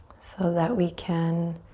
so that we can